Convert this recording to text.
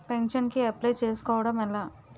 Pension కి apply చేసుకోవడం ఎలా?